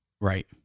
right